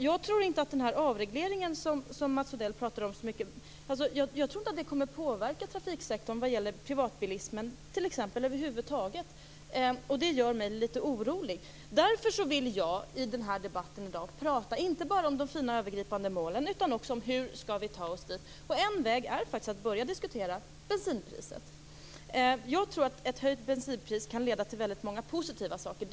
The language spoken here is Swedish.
Jag tror inte att den avreglering som Mats Odell pratar så mycket om kommer att påverka trafiksektorn vad gäller t.ex. privatbilismen över huvud taget. Det gör mig litet orolig. Därför vill jag i dagens debatt prata inte bara om de fina övergripande målen utan också om hur vi skall ta oss dit. En väg är faktiskt att börja diskutera bensinpriset. Jag tror att ett höjt bensinpris kan leda till väldigt många positiva saker.